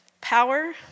power